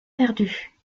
perdue